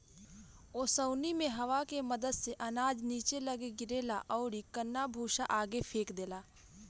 ओसौनी मे हवा के मदद से अनाज निचे लग्गे गिरेला अउरी कन्ना भूसा आगे फेंक देला